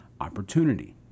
opportunity